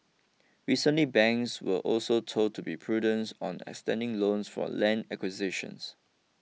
recently banks were also told to be prudence on extending loans for land acquisitions